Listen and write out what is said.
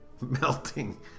melting